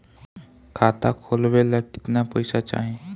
खाता खोलबे ला कितना पैसा चाही?